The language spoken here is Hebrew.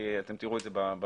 אתם תראו את זה בפרטים.